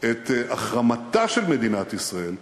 את החרמתה של מדינת ישראל,